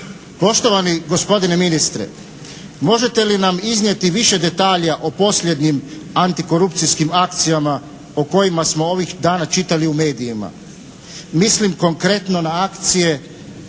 Poštovani gospodine ministre! Možete li nam iznijeti više detalja o posljednjim antikorupcijskim akcijama o kojima smo ovih dana čitali u medijima? Mislim konkretno na akcije